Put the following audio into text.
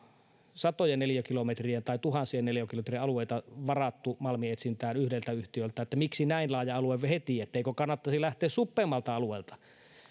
satoja neliökilometrejä tai tuhansia neliökilometrejä alueita varattu malminetsintään yhdeltä yhtiöltä että miksi näin laaja alue heti että eikö kannattaisi lähteä suppeammalta alueelta